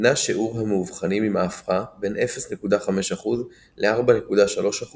נע שיעור המאובחנים עם ההפרעה בין 0.5% ל 4.3%,